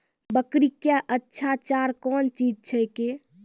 बकरी क्या अच्छा चार कौन चीज छै के?